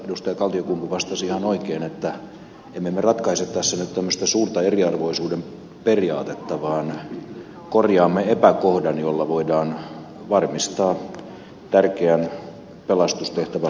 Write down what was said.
kaltiokumpu vastasi ihan oikein että emme me ratkaise tässä nyt tämmöistä suurta eriarvoisuuden periaatetta vaan korjaamme epäkohdan jolla voidaan varmistaa tärkeän pelastustehtävän hoitaminen